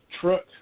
Truck